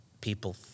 people